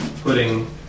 putting